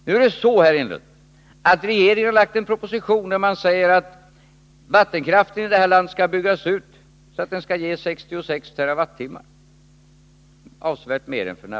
Nu är det så, herr Enlund, att regeringen har lagt fram en proposition där man säger att vattenkraften i det här landet skall byggas ut så att den skall ge 66 TWh, dvs. avsevärt mer än f. n.